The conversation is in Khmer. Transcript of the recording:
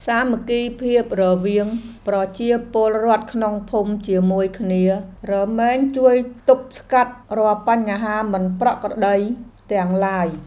សាមគ្គីភាពរវាងប្រជាពលរដ្ឋក្នុងភូមិជាមួយគ្នា រមែងជួយទប់ស្កាត់រាល់បញ្ហាមិនប្រក្រតីទាំងឡាយ។